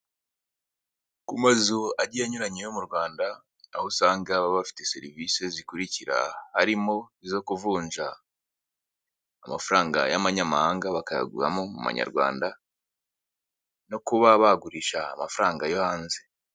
Ku mazu agiye anyuranye yo mu Rwanda aho usanga baba bafite serivise zikurikira, harimo izo kuvunja amafaranga y'amanyamahanga bakayaguramo mu mayarwanda no kuba bagurisha amafaranga yo hanze.